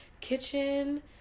kitchen